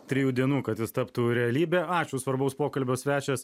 trijų dienų kad jis taptų realybe ačiū svarbaus pokalbio svečias